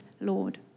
Lord